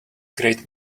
great